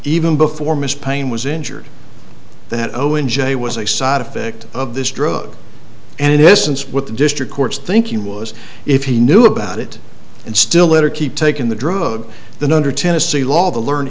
even before ms payne was injured that owen j was a side effect of this drug and essence what the district courts thinking was if he knew about it and still later keep taking the drug than under tennessee law the learn